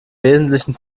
wesentlichen